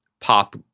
pop